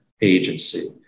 agency